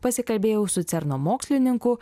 pasikalbėjau su cerno mokslininku